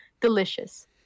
delicious